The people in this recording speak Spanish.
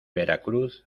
veracruz